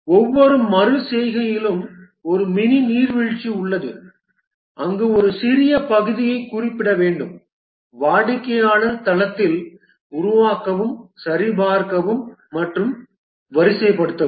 ஒவ்வொரு மறு செய்கையிலும் ஒரு மினி நீர்வீழ்ச்சி உள்ளது அங்கு ஒரு சிறிய பகுதியைக் குறிப்பிட வேண்டும் வாடிக்கையாளர் தளத்தில் உருவாக்கவும் சரிபார்க்கவும் மற்றும் வரிசைப்படுத்தவும்